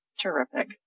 Terrific